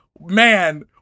Man